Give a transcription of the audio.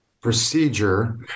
procedure